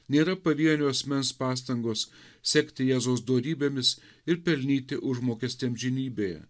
nėra pavienio asmens pastangos sekti jėzaus dorybėmis ir pelnyti užmokestį amžinybėje